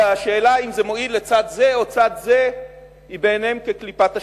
והשאלה אם זה מועיל לצד זה או לצד זה היא בעיניהם כקליפת השום.